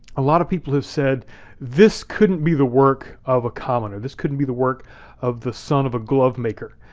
a lot of people have said this couldn't be the work of a commoner. this couldn't be the work of the son of a glove maker.